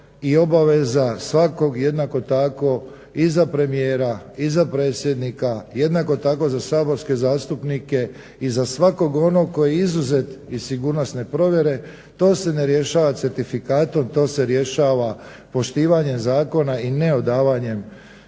i obaveza svakog jednako tako i za premijera i za predsjednika, jednako tako za saborske zastupnike i za svakog onog koji je izuzet iz sigurnosne provjere. To se ne rješava certifikatom, to se rješava poštivanjem zakona i ne odavanjem